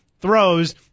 throws